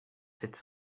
cette